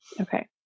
Okay